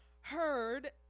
heard